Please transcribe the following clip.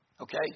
Okay